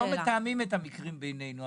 אנחנו לא מתאמים את המקרים בינינו,